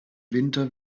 winter